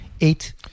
eight